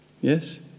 Yes